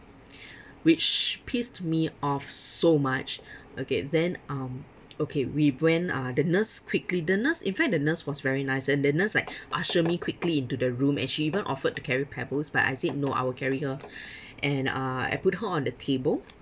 which pissed me off so much okay then um okay we went uh the nurse quickly the nurse in fact the nurse was very nice and the nurse like usher me quickly into the room and she even offered to carry pebbles but I said no I will carry her and uh I put her on the table